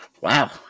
Wow